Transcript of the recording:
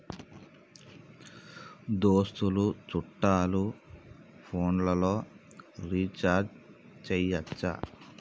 దోస్తులు చుట్టాలు ఫోన్లలో రీఛార్జి చేయచ్చా?